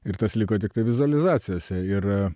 ir tas liko tiktai vizualizacijose ir